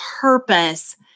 purpose